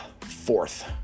fourth